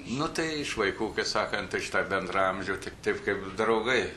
nu tai iš vaikų kai sakant tai šita bendraamžių tik taip kaip draugai